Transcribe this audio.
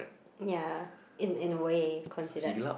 ya in in a way considered